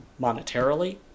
monetarily